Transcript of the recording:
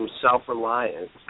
self-reliance